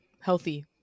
healthy